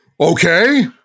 Okay